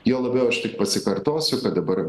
juo labiau aš tik pasikartosiu kad dabar